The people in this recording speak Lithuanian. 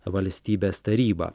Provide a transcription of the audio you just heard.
valstybės taryba